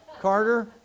Carter